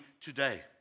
today